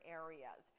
areas